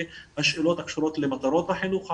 השאלות הקשורות למטרות החינוך הערבי,